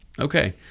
okay